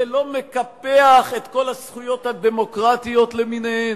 זה לא מקפח את כל הזכויות הדמוקרטיות למיניהן?